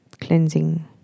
Cleansing